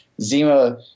Zima